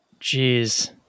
jeez